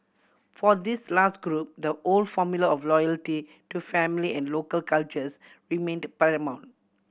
for this last group the old formula of loyalty to family and local cultures remained paramount